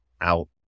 out